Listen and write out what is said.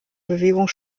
bewegung